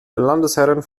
landesherren